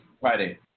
Friday